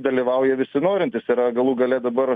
dalyvauja visi norintys yra galų gale dabar